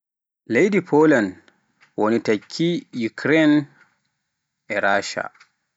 Leydi Poland woni takki Ukraine e Rasha